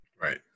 Right